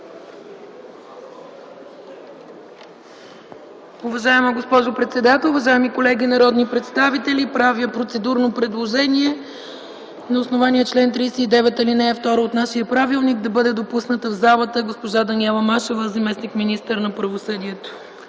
Уважаема госпожо председател, уважаеми колеги народни представители! Правя процедурно предложение на основание чл. 39, ал. 2 от нашия правилник да бъде допусната в залата госпожа Даниела Машева – заместник-министър на правосъдието.